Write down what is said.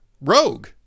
rogue